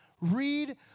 Read